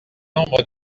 nombre